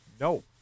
no